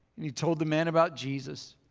and he told the man about jesus,